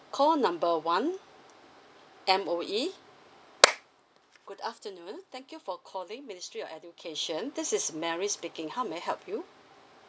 call number one M_O_E good afternoon thank you for calling ministry of education this is mary speaking how may I help you